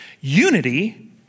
Unity